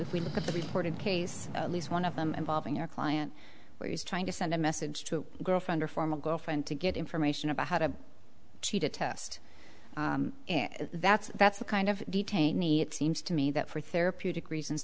if we look at the reported case at least one of them involving your client where he's trying to send a message to a girlfriend or former girlfriend to get information about how to cheat a test and that's that's the kind of detainee it seems to me that for therapeutic reasons